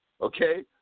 Okay